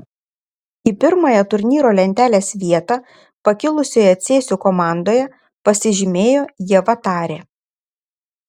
į pirmąją turnyro lentelės vietą pakilusioje cėsių komandoje pasižymėjo ieva tarė